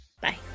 bye